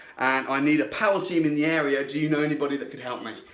and i need a power team in the area. do you know anybody that can help me?